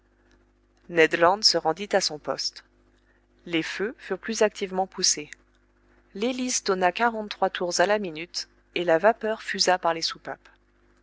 land se rendit à son poste les feux furent plus activement poussés l'hélice donna quarante-trois tours à la minute et la vapeur fusa par les soupapes